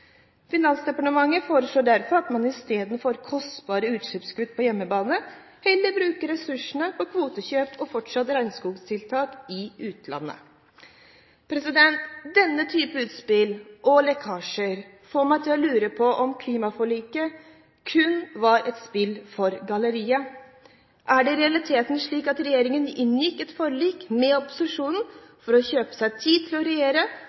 Finansdepartementet foreslår derfor at man i stedet for kostbare utslippskutt på hjemmebane, heller bruker ressurser på kvotekjøp og fortsatt regnskogstiltak i utlandet. Denne typen utspill og lekkasjer får meg til å lure på om klimaforliket kun var et spill for galleriet. Er det i realiteten slik at regjeringen inngikk et forlik med opposisjonen for å kjøpe seg tid til å regjere